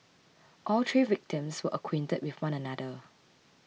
all three victims were acquainted with one another